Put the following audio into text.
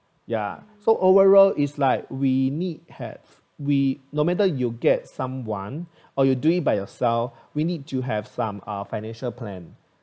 ya so overall is like we need have we no matter you'll get someone or you do it by yourself we need to have some uh financial plan